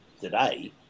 today